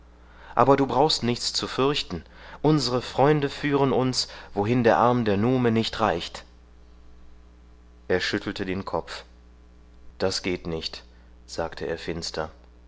aber du brauchst nichts zu fürchten unsere freunde führen uns wohin der arm der nume nicht reicht er schüttelte den kopf das geht nicht sagte er finster